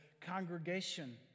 congregation